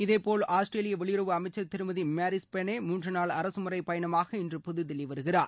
இதேபோல் ஆஸ்திரேலிய வெளியுறவு அமைச்சர் திருமதி மேரிஸ் பேனே மூன்று நாள் அரசு முறை பயணமாக இன்று புதுதில்லி வருகிறார்